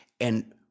and-